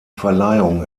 verleihung